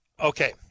Okay